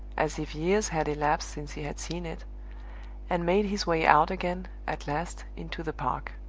as if years had elapsed since he had seen it and made his way out again, at last, into the park.